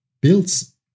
builds